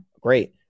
Great